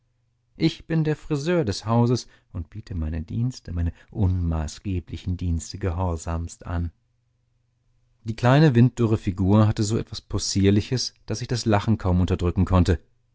ich bin der friseur des hauses und biete meine dienste meine unmaßgeblichen dienste gehorsamst an die kleine winddürre figur hatte so etwas possierliches daß ich das lachen kaum unterdrücken konnte